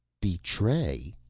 betray?